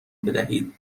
بدهید